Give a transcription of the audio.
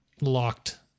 Locked